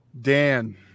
Dan